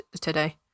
today